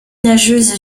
nageuse